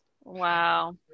Wow